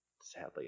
sadly